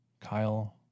Kyle